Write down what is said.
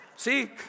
See